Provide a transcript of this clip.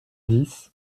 dix